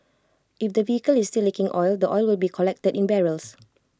if the vehicle is still leaking oil the oil will be collected in barrels